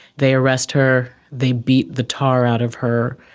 they arrest her, they beat the tar out of her,